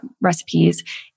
recipes